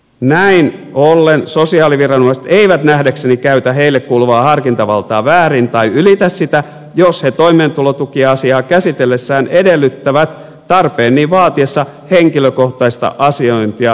näin ollen sosiaaliviranomaiset eivät nähdäkseni käytä heille kuuluvaa harkintavaltaa väärin tai ylitä sitä jos he toimeentulotukiasiaa käsitellessään edellyttävät tarpeen niin vaatiessa henkilökohtaista asiointia viranhaltijan luona